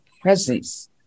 presence